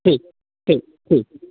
ठीक ठीक ठीक